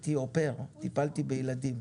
הייתי או-פר, טיפלתי בילדים,